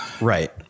right